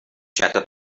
shattered